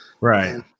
right